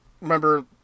Remember